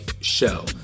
Show